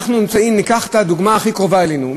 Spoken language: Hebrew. ניקח את הדוגמה הכי קרובה אלינו,